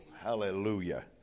Hallelujah